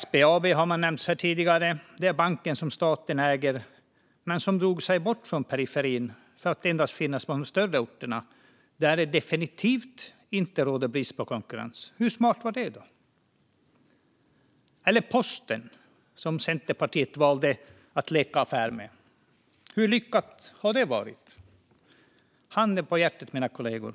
SBAB har nämnts här tidigare. Det är banken som staten äger men som drog sig bort från periferin för att endast finnas på större orter där det definitivt inte råder brist på konkurrens. Hur smart var det? Eller Posten, som Centerpartiet valde att leka affär med - hur lyckat har det varit? Handen på hjärtat, mina kollegor!